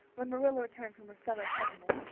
when marilla returned from her cellar pilgrimage.